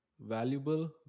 valuable